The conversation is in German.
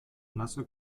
nasse